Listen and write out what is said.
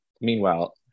Meanwhile